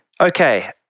Okay